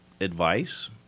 advice